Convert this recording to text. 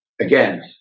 again